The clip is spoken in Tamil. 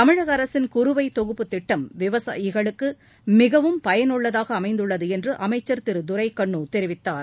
தமிழக அரசின் குறுவை தொகுப்பு திட்டம் விவசாயிகளுக்கு மிகவும் பயனுள்ளதாக அமைந்துள்ளது என்று அமைச்சர் திரு துரைக்கண்ணு தெரிவித்தார்